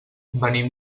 venim